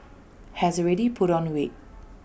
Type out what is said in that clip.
has already put on weight